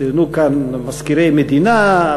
ציינו כאן מזכירי מדינה,